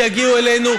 שיגיעו אלינו,